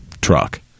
truck